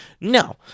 No